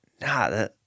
nah